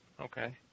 Okay